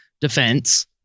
defense